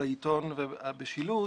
בעיתון ובשילוט,